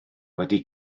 wedi